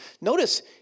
Notice